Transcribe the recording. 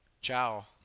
Ciao